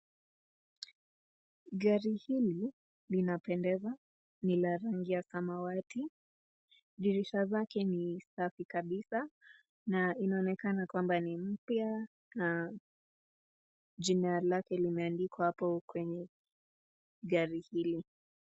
Gari hili linapendeza, ni la rangi ya samawati, dirisha zake ni safi kabisa na inaonekana kwamba ni mpya na jina lake limeandikwa hapo kwenye gari hili.